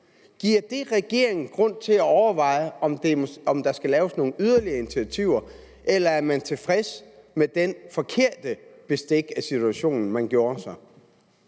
Giver det regeringen grund til at overveje, om der skal laves nogle yderligere initiativer, eller er man tilfreds med det forkerte bestik af situationen, man tog?